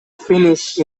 finish